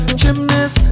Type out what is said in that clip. gymnast